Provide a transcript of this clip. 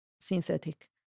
synthetic